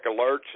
alerts